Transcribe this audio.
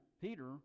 Peter